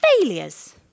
failures